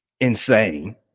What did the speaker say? insane